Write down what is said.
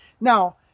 Now